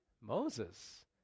Moses